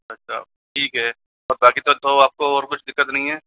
अच्छा ठीक है और बाकी सब तो आपको और कुछ दिक्कत नहीं है